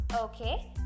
Okay